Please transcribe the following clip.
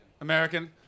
American